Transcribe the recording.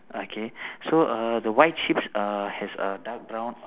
okay so uh the white sheeps uh has a dark brown